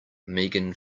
megan